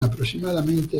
aproximadamente